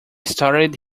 started